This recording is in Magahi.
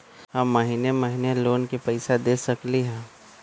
हम महिने महिने लोन के पैसा दे सकली ह?